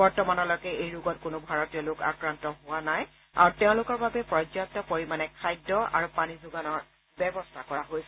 বৰ্তমানলৈকে এই ৰোগত কোনো ভাৰতীয় লোক আক্ৰান্ত হোৱা নাই আৰু তেওঁলোকৰ বাবে পৰ্যাপ্ত পৰিমানে খাদ্য আৰু পানী যোগানৰ ব্যৱস্থা কৰা হৈছে